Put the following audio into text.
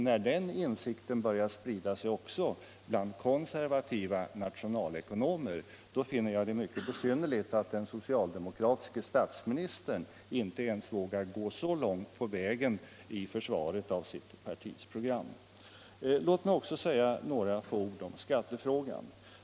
När den insikten börjar sprida sig också bland konservativa nationalekonomer, finner jag det mycket besynnerligt att den socialdemokratiske statsministern inte ens vågar gå så långt på vägen i försvaret av sitt partis program. Några ord också om skattefrågan.